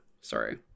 sorry